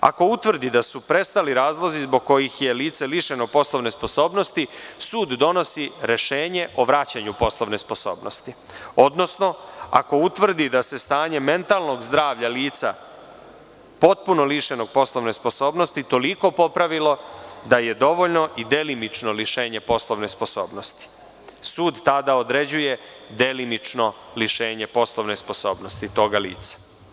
Ako utvrdi da su prestali razlozi zbog kojih je lice lišeno poslovne sposobnosti, sud donosi rešenje o vraćanju poslovne sposobnosti, odnosno ako utvrdi da se stanje mentalnog zdravlja lica potpuno lišenog poslovne sposobnosti toliko popravilo da je dovoljno i delimično lišenje poslovne sposobnosti, sud tada određuje delimično lišenje poslovne sposobnosti toga lica.